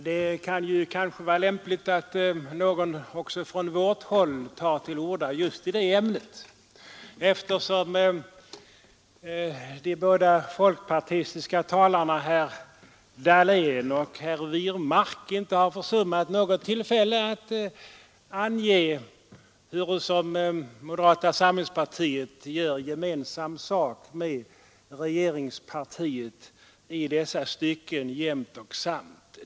Det kan kanske vara lämpligt att någon också från vårt håll tar till orda just i det ämnet, eftersom de båda folkpartistiska talarna herrar Dahlén och Wirmark inte har försummat något tillfälle att ange hur moderata samligspartiet gör gemensam sak med regeringspartiet i dessa stycken jämt och samt.